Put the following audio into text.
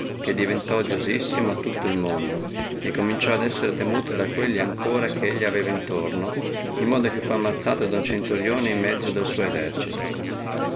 che diventò odiosissimo a tutto il mondo e cominciò ad essere temuto etiam da quelli che elli aveva intorno in modo che fu ammazzato da uno centurione in mezzo del suo esercito